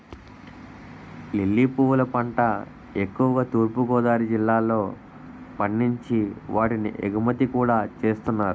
lily పువ్వుల పంట ఎక్కువుగా తూర్పు గోదావరి జిల్లాలో పండించి వాటిని ఎగుమతి కూడా చేస్తున్నారు